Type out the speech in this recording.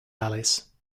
alice